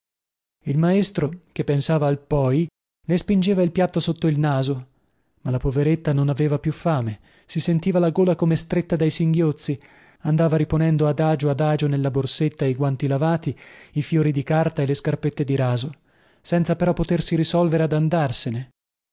il maestro che pensava al poi le spingeva il piatto sotto il naso ma la poveretta non aveva più fame si sentiva la gola come stretta dai singhiozzi andava riponendo adagio adagio nella borsetta i guanti lavati i fiori di carta e le scarpette di raso senza però potersi risolvere ad andarsene